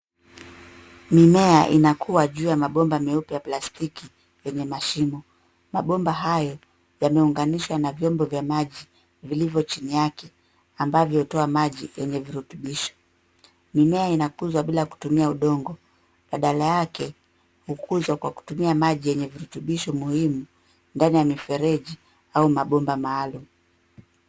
Mimea inakua juu ya mabomba meupe ya plastiki yenye mashimo. Mabomba hayo yameunganishwa na vyombo vya maji vilivyo chini yake ambavyo hutua maji yenye virutubishi. Mimea inakuzwa bila kutumia udongo badala yake hukuzwa kwa kutumia maji yenye virutubishi muhimu ndani ya mifereji au mabomba maalum.